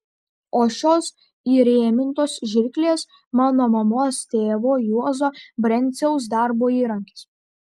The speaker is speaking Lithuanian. o šios įrėmintos žirklės mano mamos tėvo juozo brenciaus darbo įrankis